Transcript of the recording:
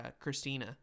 Christina